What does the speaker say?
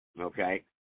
okay